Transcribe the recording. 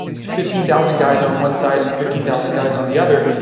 fifteen thousand guys on one side and fifteen thousand guys on the other,